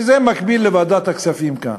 שזה מקביל לוועדת הכספים כאן.